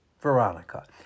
Veronica